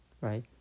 Right